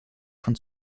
von